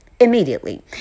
immediately